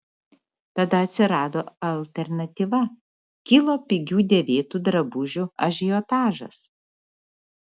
tada atsirado alternatyva kilo pigių dėvėtų drabužių ažiotažas